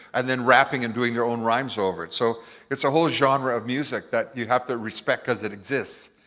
and then rapping and doing their own rhymes over it. so it's a whole genre of music that you have to respect as it exists,